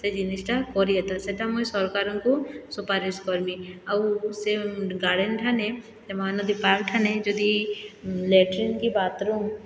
ସେଇ ଜିନିଷ୍ଟା କରି ହେତା ସେଇଟା ମୁଇଁ ସରକାରଙ୍କୁ ସୁପାରିଶ କରିମି ଆଉ ସେ ଗାର୍ଡ଼ନ୍ ଠାନେ ଏ ମହାନଦୀ ପାର୍କ ଠାନେ ଯଦି ଲାଟ୍ରିନ୍ କି ବାଥରୁମ୍